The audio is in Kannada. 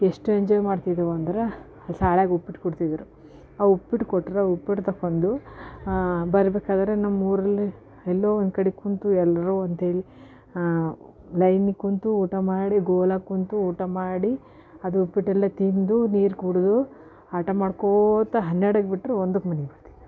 ಎಷ್ಟು ಎಂಜಾಯ್ ಮಾಡ್ತಿದ್ದೇವೆಂದ್ರೆ ಶಾಲೆಗೆ ಉಪ್ಪಿಟ್ಟು ಕೊಡ್ತಿದ್ರು ಆ ಉಪ್ಪಿಟ್ಟು ಕೊಟ್ಟರೆ ಉಪ್ಪಿಟ್ಟು ತೊಗೊಂಡು ಬರಬೇಕಾದ್ರೆ ನಮ್ಮ ಊರಲ್ಲಿ ಎಲ್ಲೊ ಒಂದು ಕಡೆ ಕೂತು ಎಲ್ಲರೂ ಅಂತ ಹೇಳಿ ಲೈನಿಗೆ ಕೂತು ಊಟ ಮಾಡಿ ಗೋಲ ಕೂತು ಊಟ ಮಾಡಿ ಅದೆ ಉಪ್ಪಿಟ್ಟೆಲ್ಲ ತಿಂದು ನೀರು ಕುಡಿದು ಆಟ ಮಾಡ್ಕೋತ ಹನ್ನೆರಡಕ್ಕೆ ಬಿಟ್ಟರೆ ಒಂದಕ್ಕೆ ಮನೆಗೆ ಬರ್ತಿದ್ದೆವು